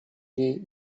niej